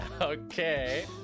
Okay